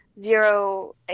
zero